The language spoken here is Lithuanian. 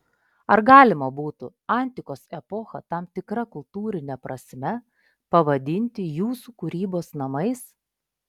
ar galima būtų antikos epochą tam tikra kultūrine prasme pavadinti jūsų kūrybos namais